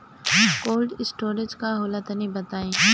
Cold storage का होला तनि बताई?